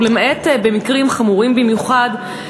ולמעט במקרים חמורים במיוחד,